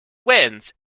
wins